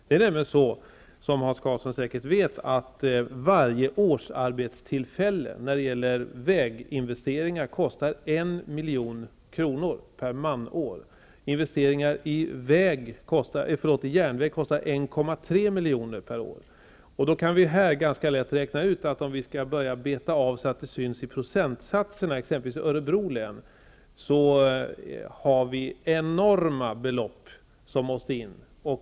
Det är nämligen så, som Hans Karlsson säkert vet, att varje årsarbetstillfälle när det gäller väginvesteringar kostar 1 milj.kr. per manår. Här kan vi ganska lätt räkna ut att om vi skall börja beta av så att det syns i procentsatserna i t.ex. Örebro län, måste enorma belopp sättas in.